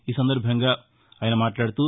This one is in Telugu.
ఈ సందర్బంగా ఆయన మాట్లాడుతూ